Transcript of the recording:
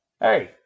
Hey